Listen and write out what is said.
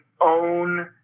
own